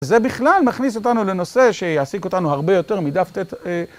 זה בכלל מכניס אותנו לנושא שיעסיק אותנו הרבה יותר מדף ט', אה...